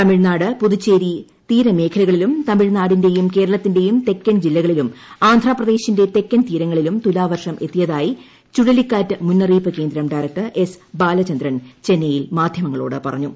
തമിഴ്നാട് പുതുച്ചേരി തീരമേഖലകളിലും തമിഴ്നാടിന്റെയും കേരളത്തിന്റെയും തെക്കൻ ജില്ലകളില്ടും ആന്ധ്രാപ്രദേശിന്റെ തെക്കൻ തീരങ്ങളിലും തുലാവർഷം ഏത്തിയതായി ചുഴലിക്കാറ്റ് മുന്നറിയിപ്പ് കേന്ദ്രം ഡയറക്ടർ എസ്്ബാലചന്ദ്രൻ ചെന്നൈയിൽ മാധ്യമങ്ങളോട് പറഞ്ഞു